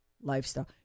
lifestyle